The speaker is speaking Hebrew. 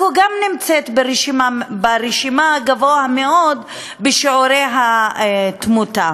גם עכו נמצאת במקום גבוה ברשימה בשיעורי התמותה.